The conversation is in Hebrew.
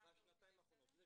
בשנתיים האחרונות.